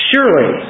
Surely